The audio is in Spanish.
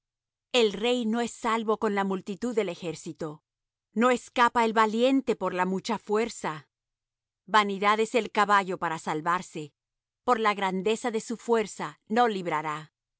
el rey no es salvo con la multitud del ejército no escapa el valiente por la mucha fuerza vanidad es el caballo para salvarse por la grandeza de su fuerza no librará